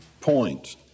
point